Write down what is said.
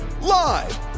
Live